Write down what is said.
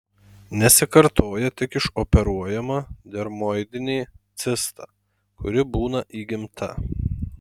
nesikartoja tik išoperuojama dermoidinė cista kuri būna įgimta